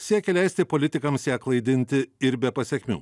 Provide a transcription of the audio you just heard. siekia leisti politikams ją klaidinti ir be pasekmių